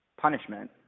punishment